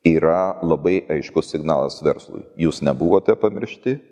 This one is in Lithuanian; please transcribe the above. yra labai aiškus signalas verslui jūs nebuvote pamiršti